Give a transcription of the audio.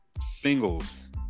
singles